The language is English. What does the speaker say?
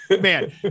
Man